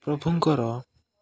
ପ୍ରଭୁଙ୍କର